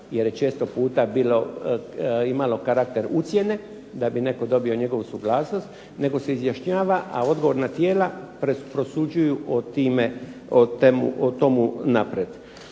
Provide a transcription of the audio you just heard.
jer je često puta imalo karakter ucjene da bi netko dobio njegovu suglasnost, nego se izjašnjava a odgovorna tijela prosuđuju o tomu naprijed.